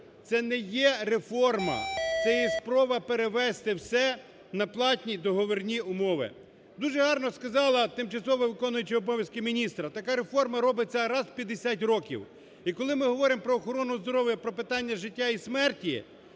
це не є реформа, це є спроба перевести все на платні, договірні умови. Дуже гарно сказала тимчасово виконуюча обов'язки міністра: така реформа робиться раз в 50 років. І коли ми говоримо про охорону здоров'я, про питання життя і смерті,